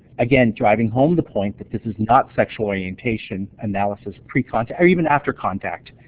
again driving home the point that this is not sexual orientation analysis pre-contact or even after contact.